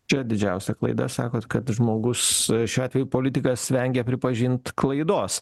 čia didžiausia klaida sakot kad žmogus šiuo atveju politikas vengia pripažint klaidos